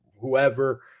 whoever